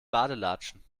badelatschen